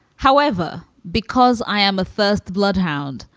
however, because i am a first bloodhound.